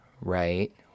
right